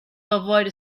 avoid